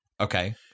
Okay